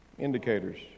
indicators